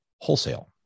wholesale